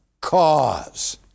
cause